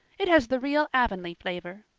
it has the real avonlea flavor.